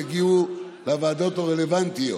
יגיעו לוועדות הרלוונטיות.